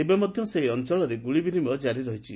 ଏବେ ମଧ୍ଧ ସେହି ଅଅଳରେ ଗୁଳି ବିନିମୟ କାରି ରହିଛି